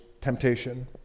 temptation